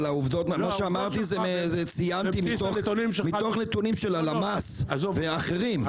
מה שאמרתי ציינתי מתוך נתונים של הלמ"ס ואחרים.